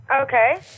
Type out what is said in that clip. Okay